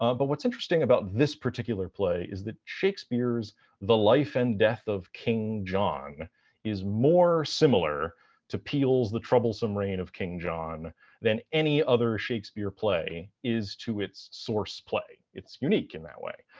um but what's interesting about this particular play is that shakespeare's the life and death of king john is more similar to peele's the troublesome reign of king john than any other shakespeare play is to its source play. it's unique in that way.